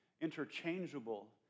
interchangeable